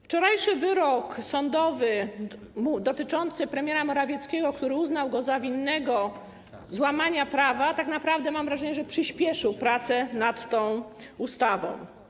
Wczorajszy wyrok sądowy dotyczący premiera Morawieckiego, który uznał go za winnego złamania prawa, tak naprawdę, mam wrażenie, przyspieszył prace nad tą ustawą.